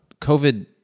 COVID